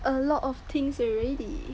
a lot of things already